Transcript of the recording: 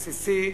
עסיסי,